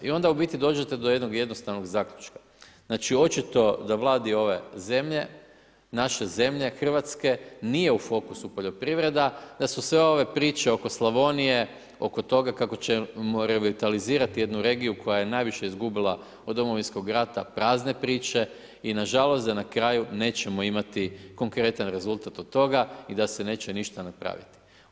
I onda u biti dođete do jednog jednostavnog zaključka, znači da očito da vladi ove zemlje, naše zemlje, Hrvatske nije u fokusu poljoprivreda, da su sve ove priče oko Slavonije, oko toga kako ćemo revitalizirati jednu regiju, koja je najviše izgubila od Domovinskog rata prazne priče i nažalost, da na kraju nećemo imati konkretan rezultat od toga i da se neće ništa napraviti.